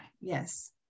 Yes